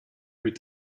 plus